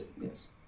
Yes